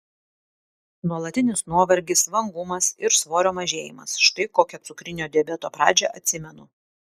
nuolatinis nuovargis vangumas ir svorio mažėjimas štai kokią cukrinio diabeto pradžią atsimenu